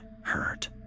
hurt